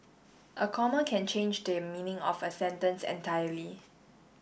a comma can change the meaning of a sentence entirely